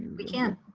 we can.